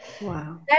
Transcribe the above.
Wow